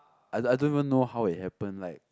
I don't I don't even know how it happen like